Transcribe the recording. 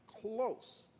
close